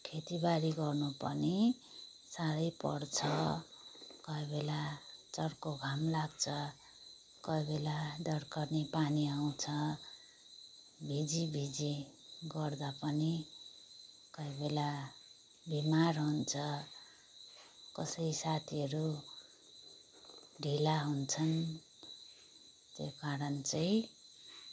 खेतीबारी गर्नु पनि साह्रै पर्छ कोही बेला चर्को घाम लाग्छ कोही बेला दर्कने पानी आउँछ भिजिभिजी गर्दा पनि कोही बेला बिमार हुन्छ कसै साथीहरू ढिला हुन्छन् त्यही कारण चाहिँ